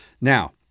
Now